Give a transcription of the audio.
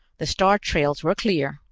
the star-trails were clear,